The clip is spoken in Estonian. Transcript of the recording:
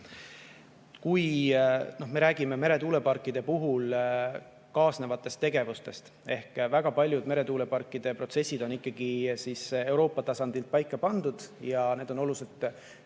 Kui me räägime meretuuleparkide puhul kaasnevatest tegevustest, siis väga paljud meretuuleparkide protsessid on ikkagi Euroopa tasandil paika pandud ja need on väga täpselt